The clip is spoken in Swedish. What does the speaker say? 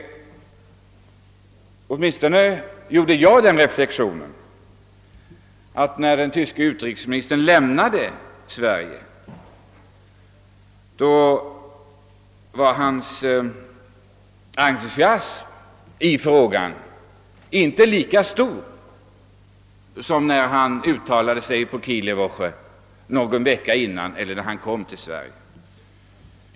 Men åtminstone gjorde jag den reflexionen att den västtyske utrikesministerns entusiasm i frågan när han lämnade Sverige inte var lika stor som när han talade på Kieler-Voche någon vecka innan han kom till Sverige.